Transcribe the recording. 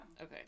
Okay